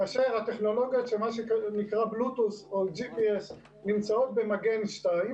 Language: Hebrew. כאשר הטכנולוגיות של מה שנקרא בלוטות' או GPS נמצאות במגן 2,